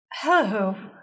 Hello